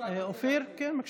אופיר כץ רוצה להשיב.